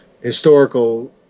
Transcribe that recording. historical